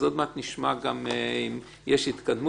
אז עוד מעט נשמע גם אם יש התקדמות